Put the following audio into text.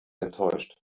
enttäuscht